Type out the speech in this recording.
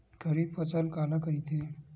खरीफ फसल काला कहिथे?